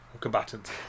combatants